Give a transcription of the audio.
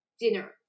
dinner